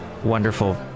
Wonderful